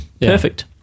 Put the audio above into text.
Perfect